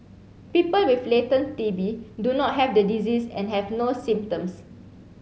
people with latent T B do not have the disease and have no symptoms